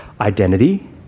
identity